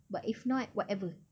but if not whatever